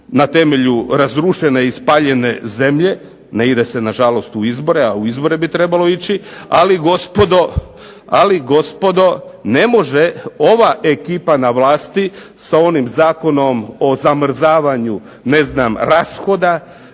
na temelju razrušene i spaljene zemlje, ne ide se nažalost u izbore a u izbore bi trebalo ići. Ali gospodo, ne može ova ekipa na vlasti sa onim Zakonom o zamrzavanju rashoda